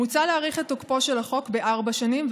מוצע להאריך את תוקפו של החוק בארבע שנים,